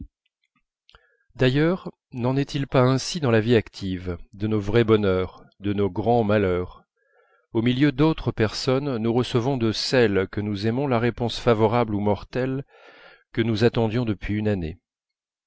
d'ailleurs n'en est-il pas ainsi dans la vie active de nos vrais bonheurs de nos grands malheurs au milieu d'autres personnes nous recevons de celle que nous aimons la réponse favorable ou mortelle que nous attendions depuis une année